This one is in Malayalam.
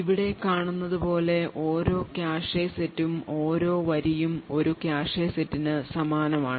ഇവിടെ കാണുന്നതുപോലെ ഓരോ കാഷെ സെറ്റും ഓരോ വരിയും ഒരു കാഷെ സെറ്റിന് സമാനമാണ്